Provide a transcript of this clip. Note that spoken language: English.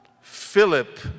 Philip